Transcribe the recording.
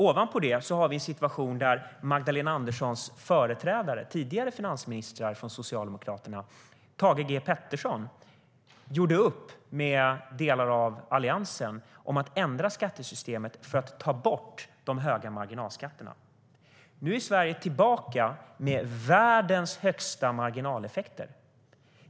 Ovanpå detta har vi en situation där Magdalena Anderssons företrädare, till exempel den tidigare finansministern Thage G Peterson från Socialdemokraterna, gjorde upp med delar av Alliansen om att ändra skattesystemet för att ta bort de höga marginalskatterna. Nu är Sverige tillbaka med världens högsta marginaleffekter.